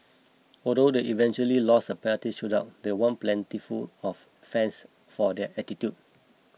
although they eventually lost the penalty shootout they won plenty of fans for their attitude